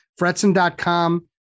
fretson.com